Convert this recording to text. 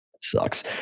Sucks